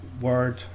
word